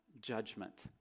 judgment